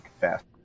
fast